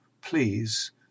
please